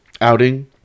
outing